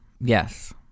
Yes